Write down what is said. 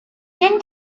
tim